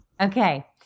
Okay